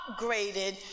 upgraded